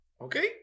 okay